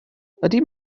ydy